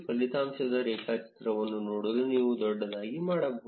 ಫಲಿತಾಂಶದ ರೇಖಾಚಿತ್ರವನ್ನು ನೋಡಲು ನೀವು ದೊಡ್ಡದಾಗಿ ಮಾಡಬಹುದು